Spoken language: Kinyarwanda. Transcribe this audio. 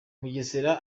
mugesera